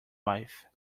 wife